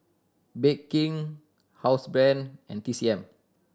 Bake King Housebrand and T C M